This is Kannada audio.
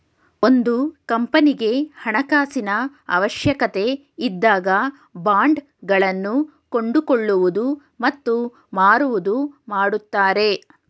ಒಂದು ಕಂಪನಿಗೆ ಹಣಕಾಸಿನ ಅವಶ್ಯಕತೆ ಇದ್ದಾಗ ಬಾಂಡ್ ಗಳನ್ನು ಕೊಂಡುಕೊಳ್ಳುವುದು ಮತ್ತು ಮಾರುವುದು ಮಾಡುತ್ತಾರೆ